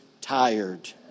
tired